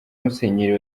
musenyeri